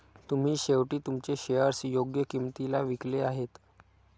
तुम्ही शेवटी तुमचे शेअर्स योग्य किंमतीला विकले आहेत